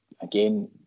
again